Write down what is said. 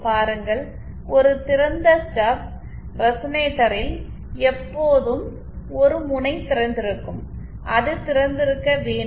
பாருங்கள் ஒரு திறந்த ஸ்டப் ரெசனேட்டரில் எப்போதும் ஒரு முனை திறந்திருக்கும் அது திறந்திருக்க வேண்டும்